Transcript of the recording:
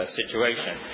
situation